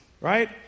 right